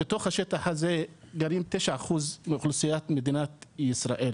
בתוך השטח הזה גרים 9% מאוכלוסיית מדינת ישראל.